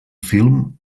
film